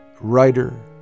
writer